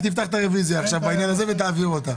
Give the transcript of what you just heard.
רק תפתח את הרביזיה ותעביר אותה.